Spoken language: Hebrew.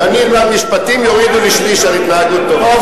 כשאני אלמד משפטים יורידו לי שליש על התנהגות טובה.